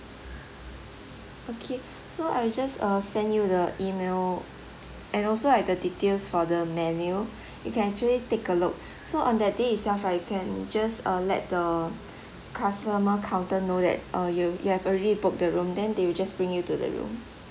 okay so I'll just uh send you the email and also like the details for the menu you can actually take a look so on that day itself I you can just uh let the customer counter know that uh you you have already booked the room then they will just bring you to the room